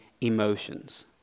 emotions